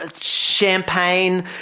champagne